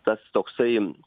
tas toksai